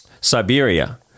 Siberia